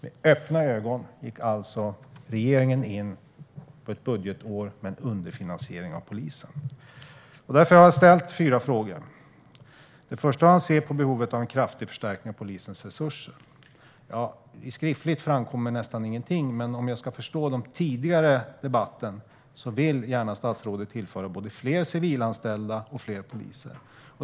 Med öppna ögon gick alltså regeringen in i ett budgetår med en underfinansiering av polisen. Därför har jag ställt fyra frågor. Den första är hur statsrådet ser på behovet av en kraftig förstärkning av polisens resurser. I interpellationssvaret framkommer nästan ingenting, men om jag förstod den tidigare debatten rätt vill statsrådet gärna tillföra både fler civilanställda och fler poliser.